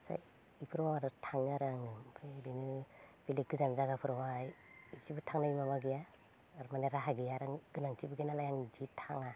इफोराव आरो थाङो आरो आङो ओमफ्राय बेनो बेलेग गोजान जायगाफोरावहाय एसेबो थांनायनि माबा गैया आर' माने राहा गैया आरो गोनांथिबो गैयानालाय आं बिदि थाङा